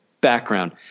background